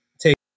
take